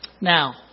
Now